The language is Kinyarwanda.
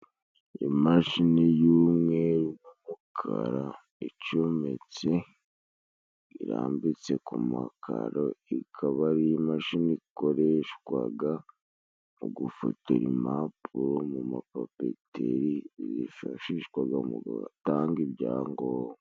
imashini y'umweru n'umukara icometse irambitse ku makaro, ikaba ari imashini ikoreshwaga mu gufotora impapuro mu mapapeteri zifashishwaga mu gutanga ibyangombwa.